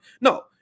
No